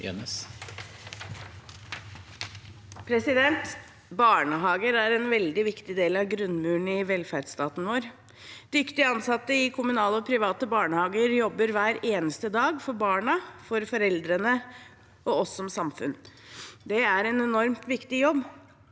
Barnehager er en veldig viktig del av grunnmuren i velferdsstaten vår. Dyktige ansatte i kommunale og private barnehager jobber hver eneste dag for barna, foreldrene og oss som samfunn. Det er en enormt viktig jobb.